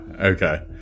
okay